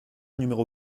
numéro